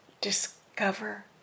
discover